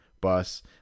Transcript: bus